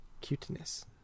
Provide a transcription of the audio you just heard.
cuteness